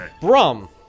Brom